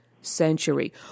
Century